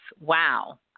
wow